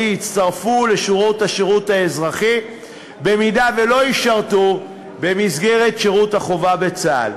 יצטרפו לשורות השירות האזרחי אם לא ישרתו במסגרת שירות החובה בצה"ל.